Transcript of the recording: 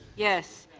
yes.